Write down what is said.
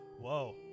Whoa